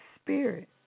Spirit